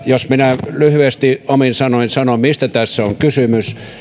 jos minä lyhyesti omin sanoin sanon mistä tässä on kysymys